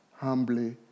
humbly